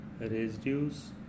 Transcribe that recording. residues